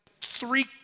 three